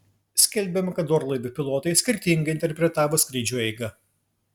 skelbiama kad orlaivių pilotai skirtingai interpretavo skrydžio eigą